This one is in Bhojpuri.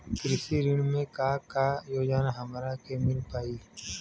कृषि ऋण मे का का योजना हमरा के मिल पाई?